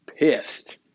pissed